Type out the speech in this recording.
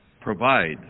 provide